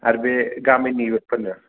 आरो बे गामिनि इउयथफोरनो